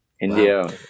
india